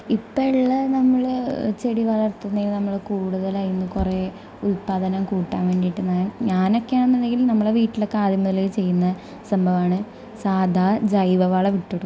ഇപ്പേള്ള നമ്മൾ ചെടി വളർത്തുന്നത് നമ്മൾ കൂടുതലായിട്ട് കുറേ ഉൽപ്പാദനം കൂട്ടാൻ വേണ്ടിയിട്ട് ഞാനൊക്കെയാണെന്ന് ഉണ്ടെങ്കിൽ നമ്മളെ വീട്ടിലൊക്കെ ആദ്യം മുതലേ ചെയ്യുന്ന സംഭവമാണ് സാധാ ജൈവ വളമിട്ട് കൊടുക്കൽ